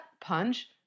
punch